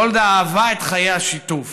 גולדה אהבה את חיי השיתוף.